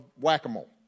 whack-a-mole